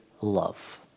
love